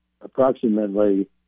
approximately